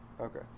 Okay